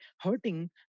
hurting